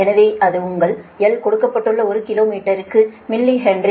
எனவே அது உங்கள் L கொடுக்கப்பட்டுள்ள ஒரு கிலோமீட்டருக்கு மில்லிஹென்ரி